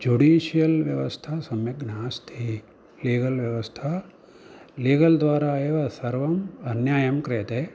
judicial व्यवस्था सम्यक् नास्ति लीगल् व्यवस्था लीगल् द्वारा एव सर्वम् अन्यायं क्रीयते